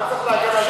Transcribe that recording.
סגן שר האוצר,